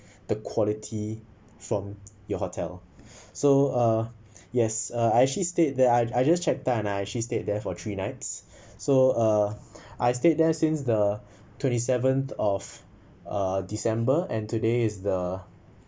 the quality from your hotel so uh yes uh I actually stayed there I I just checked out and I actually stayed there for three nights so uh I stayed there since the twenty seventh of uh december and today is the